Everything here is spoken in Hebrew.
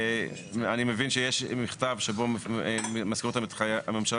אני מבין שיש מכתב שבו מזכירות הממשלה